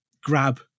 grab